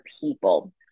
people